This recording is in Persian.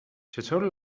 چطور